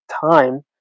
time